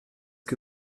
que